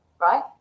right